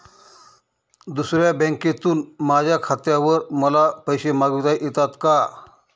दुसऱ्या बँकेतून माझ्या खात्यावर मला पैसे मागविता येतात का?